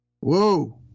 Whoa